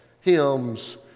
hymns